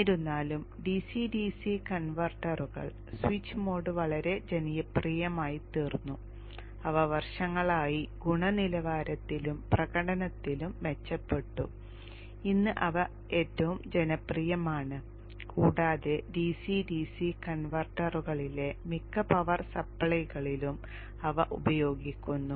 എന്നിരുന്നാലും DC DC കൺവെർട്ടറുകൾ switch mode വളരെ ജനപ്രിയമായിത്തീർന്നു അവ വർഷങ്ങളായി ഗുണനിലവാരത്തിലും പ്രകടനത്തിലും മെച്ചപ്പെട്ടു ഇന്ന് അവ ഏറ്റവും ജനപ്രിയമാണ് കൂടാതെ DC DC കൺവെർട്ടറുകളിലെ മിക്ക പവർ സപ്ലൈകളിലും അവ ഉപയോഗിക്കുന്നു